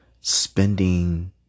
spending